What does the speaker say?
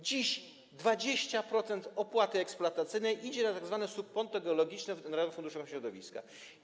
Dziś 20% opłaty eksploatacyjnej idzie na tzw. subkonto geologiczne w narodowym funduszu środowiska.